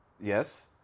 Yes